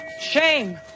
Shame